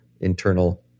internal